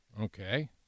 Okay